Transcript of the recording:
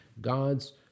God's